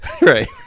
Right